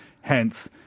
Hence